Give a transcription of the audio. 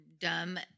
dumb